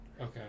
okay